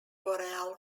boreal